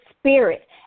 spirit